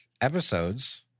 episodes